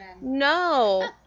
no